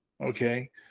Okay